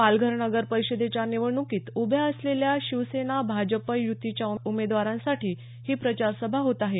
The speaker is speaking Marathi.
पालघर नगर परिषदेच्या निवडणुकीत उभ्या असलेल्या शिवसेना भाजप युतीच्या उमेदवारांसाठी ही प्रचारसभा होत आहे